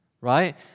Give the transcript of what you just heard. Right